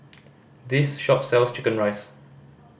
this shop sells chicken rice